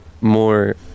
more